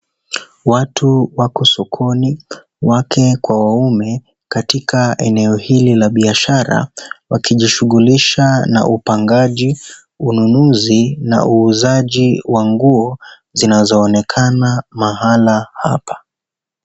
Watu wako sokoni wake kwa waume katika eneo hili la biashara wakijishighulisha na upangaji, ununuzi na uuzaji wa nguo zinazoonekana mahala hapa.